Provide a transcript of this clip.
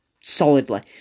solidly